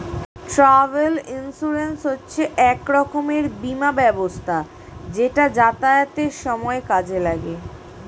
travel insurance হচ্ছে এক রকমের বীমা ব্যবস্থা যেটা যাতায়াতের সময় কাজে লাগে